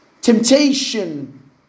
temptation